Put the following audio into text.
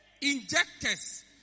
Injectors